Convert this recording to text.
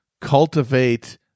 cultivate